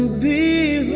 be